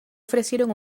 ofrecieron